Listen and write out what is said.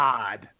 God